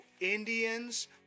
Indians